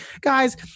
Guys